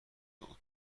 اتاق